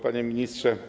Panie Ministrze!